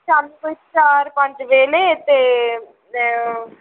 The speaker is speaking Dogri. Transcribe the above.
शामीं कोई चार पंज बेल्लै ते